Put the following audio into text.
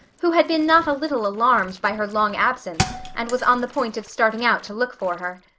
who had been not a little alarmed by her long absence and was on the point of starting out to look for her.